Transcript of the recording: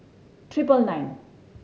tripe nine